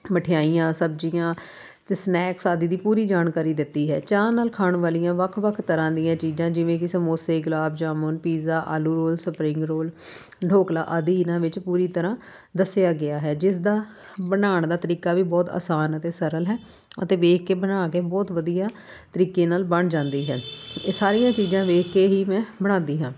ਮਠਿਆਈਆਂ ਸਬਜ਼ੀਆਂ ਅਤੇ ਸਨੈਕਸ ਆਦਿ ਦੀ ਪੂਰੀ ਜਾਣਕਾਰੀ ਦਿੱਤੀ ਹੈ ਚਾਹ ਨਾਲ ਖਾਣ ਵਾਲੀਆਂ ਵੱਖ ਵੱਖ ਤਰ੍ਹਾਂ ਦੀਆਂ ਚੀਜ਼ਾਂ ਜਿਵੇਂ ਕਿ ਸਮੋਸੇ ਗੁਲਾਬ ਜਾਮੁਨ ਪੀਜ਼ਾ ਆਲੂ ਰੋਲ ਸਪਰਿੰਗ ਰੋਲ ਢੋਕਲਾ ਆਦਿ ਇਹਨਾਂ ਵਿੱਚ ਪੂਰੀ ਤਰ੍ਹਾਂ ਦੱਸਿਆ ਗਿਆ ਹੈ ਜਿਸ ਦਾ ਬਣਾਉਣ ਦਾ ਤਰੀਕਾ ਵੀ ਬਹੁਤ ਆਸਾਨ ਅਤੇ ਸਰਲ ਹੈ ਅਤੇ ਵੇਖ ਕੇ ਬਣਾ ਕੇ ਬਹੁਤ ਵਧੀਆ ਤਰੀਕੇ ਨਾਲ ਬਣ ਜਾਂਦੀ ਹੈ ਇਹ ਸਾਰੀਆਂ ਚੀਜ਼ਾਂ ਵੇਖ ਕੇ ਹੀ ਮੈਂ ਬਣਾਉਂਦੀ ਹਾਂ